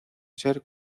ser